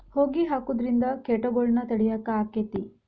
ಹೊಗಿ ಹಾಕುದ್ರಿಂದ ಕೇಟಗೊಳ್ನ ತಡಿಯಾಕ ಆಕ್ಕೆತಿ?